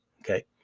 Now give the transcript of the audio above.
okay